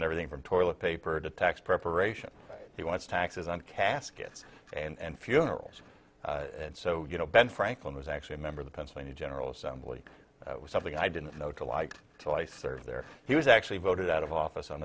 on everything from toilet paper to tax preparation he wants taxes on caskets and funerals and so you know ben franklin was actually a member of the pennsylvania general assembly was something i didn't know to like till i served there he was actually voted out of office on